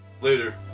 Later